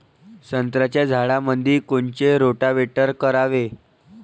संत्र्याच्या झाडामंदी कोनचे रोटावेटर करावे?